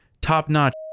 top-notch